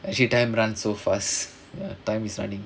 actually time runs so fast ya time is running